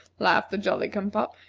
laughed the jolly-cum-pop,